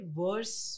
worse